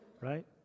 Right